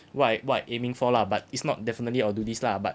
what I'm what I'm aiming for lah but it's not definitely I'll do this lah but